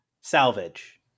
Salvage